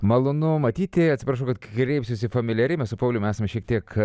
malonu matyti atsiprašau kad kreipsiuosi familiariai mes su pauliumi esame šiek tiek